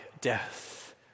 death